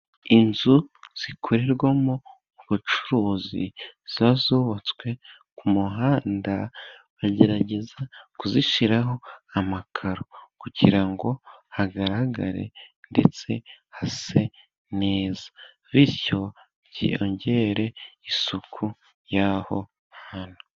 Inzu zikorerwamo ubucuruzi ziba zubatswe ku muhanda, bagerageza kuzishyiraho amakaro, kugira ngo hagaragare ndetse hase neza, bityo byongere isuku yaho hantu.